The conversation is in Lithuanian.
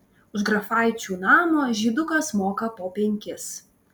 už grafaičių namo žydukas moka po penkis